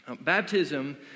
Baptism